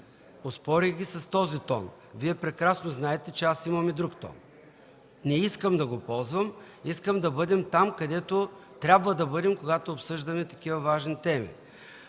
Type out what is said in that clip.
Оспорих ги с този тон. Вие прекрасно знаете, че аз имам и друг тон. Не искам да го ползвам. Искам да бъдем там, където трябва да бъдем, когато обсъждаме такива важни теми.